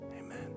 Amen